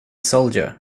soldier